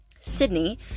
Sydney